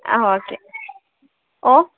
ആ ഓക്കെ ഓ